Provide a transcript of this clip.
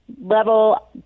level